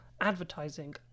advertising